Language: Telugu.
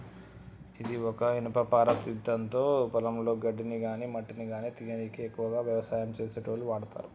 ఇది ఒక ఇనుపపార గిదాంతో పొలంలో గడ్డిని గాని మట్టిని గానీ తీయనీకి ఎక్కువగా వ్యవసాయం చేసేటోళ్లు వాడతరు